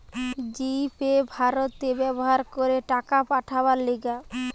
জি Pay ভারতে ব্যবহার করে টাকা পাঠাবার লিগে